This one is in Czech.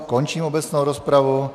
Končím obecnou rozpravu.